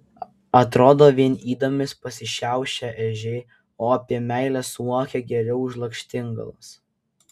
atrodo vien ydomis pasišiaušę ežiai o apie meilę suokia geriau už lakštingalas